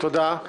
תודה.